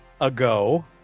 ago